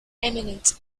eminent